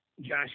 Josh